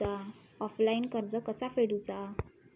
Offline कर्ज कसा फेडूचा?